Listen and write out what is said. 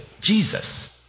Jesus